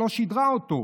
שלא שידרה אותו.